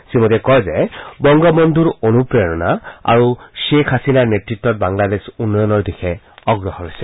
শ্ৰীমোদীয়ে কয় যে বংগবন্ধুৰ অনুপ্ৰেৰণাত আৰু শ্বেখ হাছিনাৰ নেতৃত্বত বাংলাদেশ উন্নয়নৰ দিশে অগ্ৰসৰ হৈছে